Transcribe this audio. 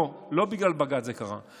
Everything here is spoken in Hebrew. לא, לא בגלל בג"ץ זה קרה.